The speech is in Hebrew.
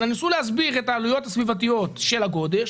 אלא ניסו להסביר את העלויות הסביבתיות של הגודש